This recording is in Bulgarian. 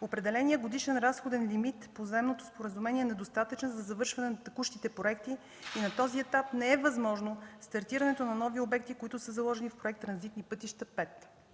Определеният годишен разходен лимит по заемното споразумение е недостатъчен за завършване на текущите проекти и на този етап не е възможно стартирането на нови обекти, които са заложени в проект „Транзитни пътища 5”.